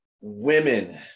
Women